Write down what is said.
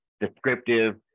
descriptive